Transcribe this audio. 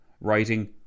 writing